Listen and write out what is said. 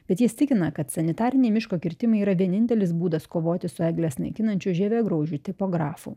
bet jis tikina kad sanitariniai miško kirtimai yra vienintelis būdas kovoti su egles naikinančiu žievėgraužiu tipografu